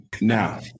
Now